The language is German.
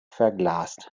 verglast